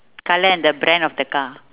colour and the brand of the car